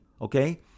okay